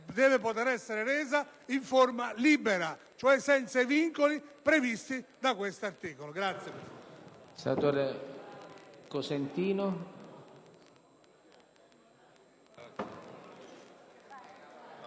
deve poter essere resa in forma libera, cioè senza i vincoli previsti da questo articolo.